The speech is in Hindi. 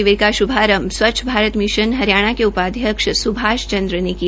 शिविर का शुभारंभ स्वच्छ भारत मिशन हरियाणा के उपाध्यक्ष सुभाष चन्द्र ने किया